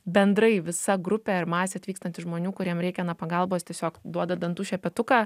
bendrai visa grupė ir masė atvykstanti žmonių kuriem reikia na pagalbos tiesiog duodant dantų šepetuką